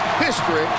history